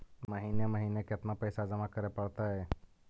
महिने महिने केतना पैसा जमा करे पड़तै?